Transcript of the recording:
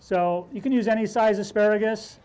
so you can use any size asparagus